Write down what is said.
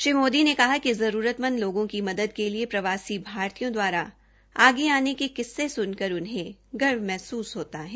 श्री मोदी ने कहा कि जरूरतमंद लोगों की मदद के लिए प्रवासी भारतीयों द्वारा आगे आने के किस्से सुनकर उन्हें गर्व महसूस होता है